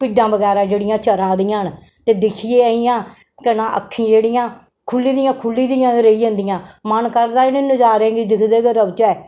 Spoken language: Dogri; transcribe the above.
भिड्डां बगैरा जेह्ड़ियां चरै दियां न ते दिक्खियै इ'यां केह् नां अक्खीं जेह्ड़ियां खुल्ली दियां खुल्ली दियां गे रेही जंदियां मन करदा इनें नजारें गी दिखदे गै रौह्चै